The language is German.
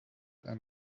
ein